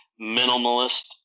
minimalist